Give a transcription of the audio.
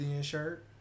shirt